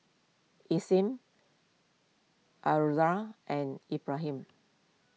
Isnin Azura and Ibrahim